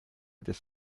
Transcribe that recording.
des